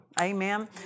Amen